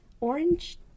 Orange